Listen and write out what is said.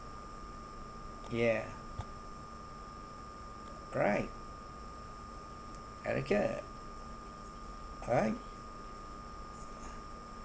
ya right very good all right